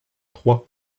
trois